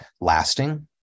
lasting